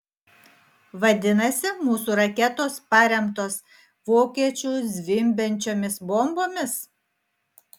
vadinasi mūsų raketos paremtos vokiečių zvimbiančiomis bombomis